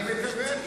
אני מקווה.